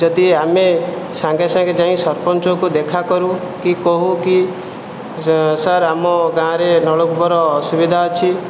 ଯଦି ଆମେ ସାଙ୍ଗେ ସାଙ୍ଗେ ଯାଇ ସରପଞ୍ଚଙ୍କୁ ଦେଖା କରୁ କି କହୁ କି ସାର୍ ଆମ ଗାଁରେ ନଳକୂପର ଅସୁବିଧା ଅଛି